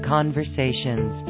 Conversations